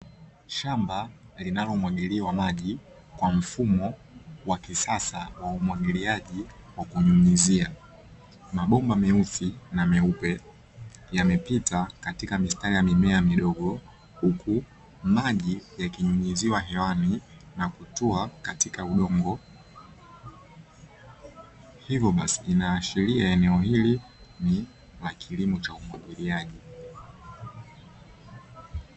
Shamba linalomwagiliwa maji kwa mfumo wa kisasa wa umwagiliaji wa kunyunyizia. Mabomba meusi na meupe yamepita katika mistari ya mimea midogo, huku maji yakinyunyiziwa hewani na kutua katika udongo. Hivyo basi linaashiria eneo hilo ni la kilimo cha umwagiliaji.